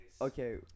Okay